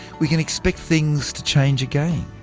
we can expect things to change again.